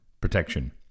protection